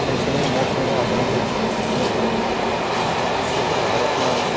सँगसँगै मौसमको आधारमा हुनु हेर्नु हो भने उत्तर भारतमा